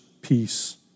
peace